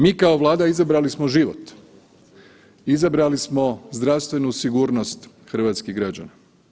Mi kao Vlada izabrali smo život, izabrali smo zdravstvenu sigurnost hrvatskih građana.